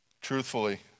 Truthfully